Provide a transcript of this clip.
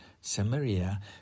Samaria